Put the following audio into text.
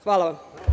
Hvala vam.